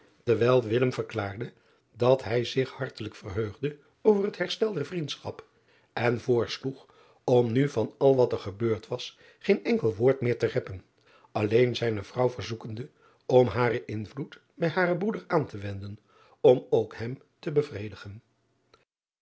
terwijl verklaarde dat hij zich hartelijk verheugde over het herstel der vriendschap en voorsloeg om nu van al wat er gebeurd was geen enkel woord meer te reppen alleen zijne vrouw verzoekende om haren invloed bij haren broeder aan te wenden om ook hem te bevredigen